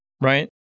right